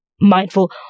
mindful